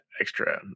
extra